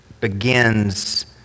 begins